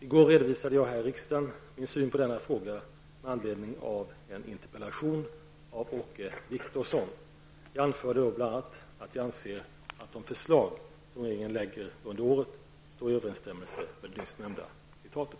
I går redovisade jag här i riksdagen min syn på denna fråga med anledning av en interpellation av Åke Wictorsson. Jag anförde då bl.a. att jag anser att de förslag som regeringen lägger fram under budgetåret 1990/91 står i överensstämmelse med det nyss nämnda citatet.